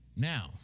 Now